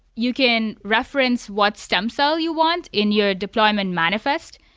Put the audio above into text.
you can reference what stem cell you want in your deployment manifest,